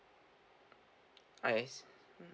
nice